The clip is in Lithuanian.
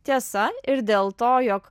tiesa ir dėl to jog